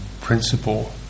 principle